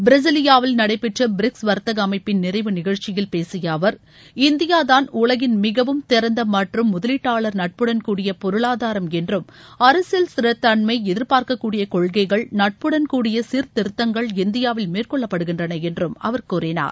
பிரேசிலியாவில் நிடைபெற்ற பிரிக்ஸ் வர்த்தக அமைப்பின் நிறைவு நிகழ்ச்சியில் பேசிய அவர் இந்தியாதான் உலகின் மிகவும் திறந்த மற்றும் முதவீட்டாளர் நட்புடன் கூடிய பொருளாதாரம் என்றும் அரசியல் ஸ்திரத்தன்மை எதிர்பார்க்கக்கூடிய கொள்கைகள் நட்புடன்கூடிய சீர்திருத்தங்கள் இந்தியாவில் மேற்கொள்ளப்படுகின்றன என்றும் அவர் கூறினார்